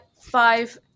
five